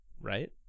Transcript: right